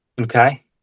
okay